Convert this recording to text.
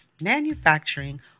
manufacturing